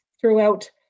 throughout